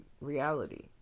reality